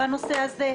בנושא הזה?